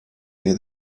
near